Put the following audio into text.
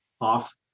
off